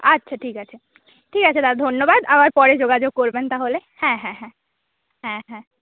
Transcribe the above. আচ্ছা ঠিক আছে ঠিক আছে দাদা ধন্যবাদ আবার পরে যোগাযোগ করবেন তাহলে হ্যাঁ হ্যাঁ হ্যাঁ হ্যাঁ হ্যাঁ